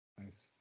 nice